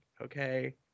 okay